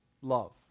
love